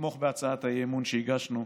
לתמוך בהצעת האי-אמון שהגשנו,